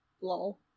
Lol